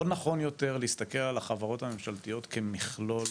לא נכון יותר להסתכל על החברות הממשלתיות כמכלול,